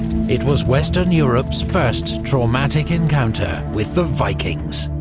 it was western europe's first traumatic encounter with the vikings.